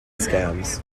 scams